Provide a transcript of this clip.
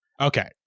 Okay